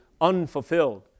unfulfilled